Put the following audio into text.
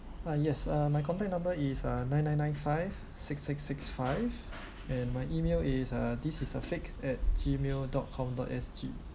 uh yes uh my contact number is uh nine nine nine five six six six five and my email is uh this is a fake at Gmail dot com dot S_G